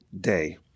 day